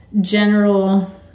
general